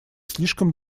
слишком